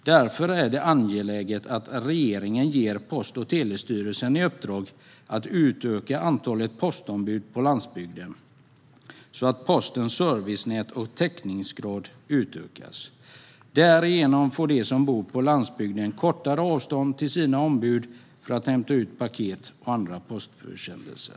Därför är det angeläget att regeringen ger Post och telestyrelsen i uppdrag att utöka antalet postombud på landsbygden så att postens servicenät och täckningsgrad utökas. Därigenom får de som bor på landsbygden kortare avstånd till sina ombud för att hämta ut paket och andra postförsändelser.